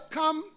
come